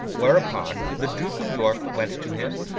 whereupon, the duke of york went to him,